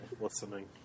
listening